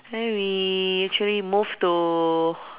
then we actually move to